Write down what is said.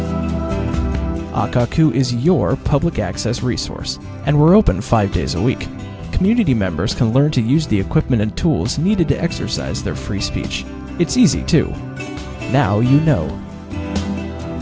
programming is your public access resource and we're open five days a week community members can learn to use the equipment and tools needed to exercise their free speech it's easy to now you know